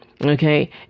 Okay